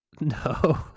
No